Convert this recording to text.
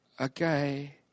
okay